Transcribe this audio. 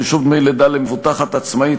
חישוב דמי לידה למבוטחת עצמאית),